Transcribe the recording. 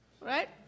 right